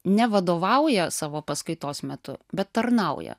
nevadovauja savo paskaitos metu bet tarnauja